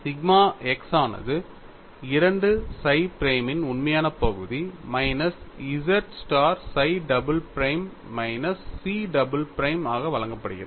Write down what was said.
sigma x ஆனது 2 psi பிரைமின் உண்மையான பகுதி minus z star psi double prime minus chi double prime ஆக வழங்கப்படுகிறது